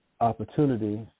opportunity